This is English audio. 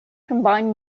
combine